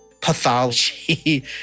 pathology